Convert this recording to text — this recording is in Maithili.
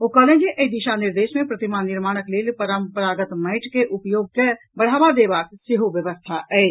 ओ कहलनि जे एहि दिशा निर्देश मे प्रतिमा निर्माणक लेल परंपरागत माटिक उपयोग के बढ़ावा देबाक सेहो व्यवस्था अछि